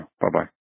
Bye-bye